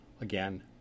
again